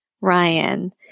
Ryan